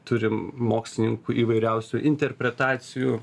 turim mokslininkų įvairiausių interpretacijų